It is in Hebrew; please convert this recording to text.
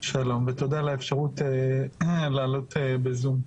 ותודה על האפשרות לעלות בזום.